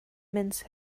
mince